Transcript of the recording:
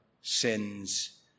sins